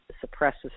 suppresses